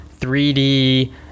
3D